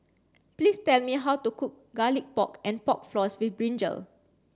please tell me how to cook garlic pork and pork floss with Brinjal